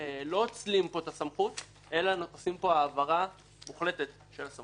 אוצלים פה את הסמכות אלא עושים פה העברה מוחלטת של הסמכויות,